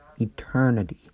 Eternity